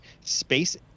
space